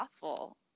awful